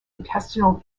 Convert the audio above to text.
intestinal